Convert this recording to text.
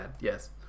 Yes